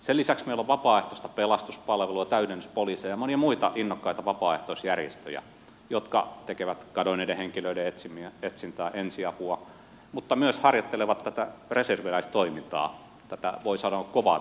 sen lisäksi meillä on vapaaehtoista pelastuspalvelua täydennyspoliiseja monia muita innokkaita vapaaehtoisjärjestöjä jotka tekevät kadonneiden henkilöiden etsintää ensiapua mutta myös harjoittelevat tätä reserviläistoimintaa tätä voi sanoa kovaa toimintaa